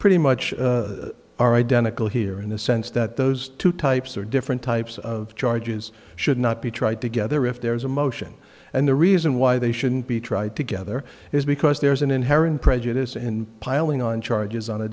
pretty much are identical here in the sense that those two types are different types of charges should not be tried together if there is a motion and the reason why they shouldn't be tried together is because there's an inherent prejudice in piling on charges on a